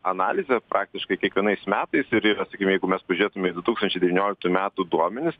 analizę praktiškai kiekvienais metais ir yra sakykim jeigu mes pažiūrėtume į du tūkstančiai devynioliktų metų duomenis